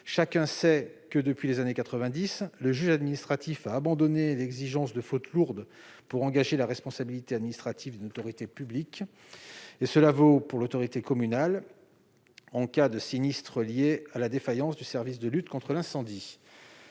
Chacun sait que, depuis les années 1990, le juge administratif a cessé de requérir une faute lourde pour engager la responsabilité administrative d'une autorité publique. Cela vaut pour l'autorité communale en cas de sinistre lié à la défaillance des services de lutte contre l'incendie.